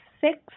six